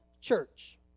church